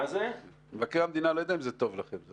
מבקר המדינה, אני